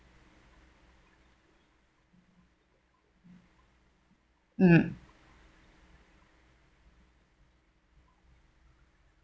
um